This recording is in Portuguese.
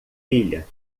filha